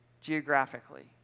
geographically